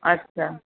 अच्छा